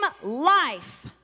life